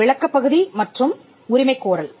விளக்கப் பகுதி மற்றும் உரிமை கோரல்